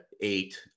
eight